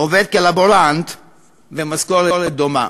עובד כלבורנט במשכורת דומה.